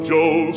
Joe